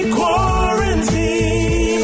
quarantine